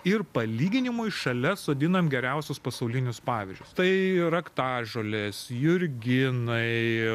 ir palyginimui šalia sodinam geriausius pasaulinius pavyzdžius tai raktažolės jurginai